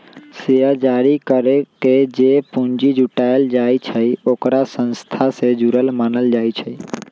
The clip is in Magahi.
शेयर जारी करके जे पूंजी जुटाएल जाई छई ओकरा संस्था से जुरल मानल जाई छई